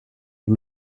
ils